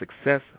Success